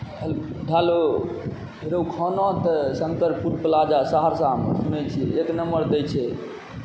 hello हे रौ खाना तऽ शङ्कर फूड प्लाजा सहरसामे सुनैत छी एक नम्बर दैत छै